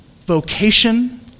vocation